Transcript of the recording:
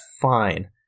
fine